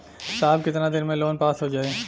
साहब कितना दिन में लोन पास हो जाई?